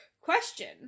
question